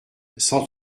cent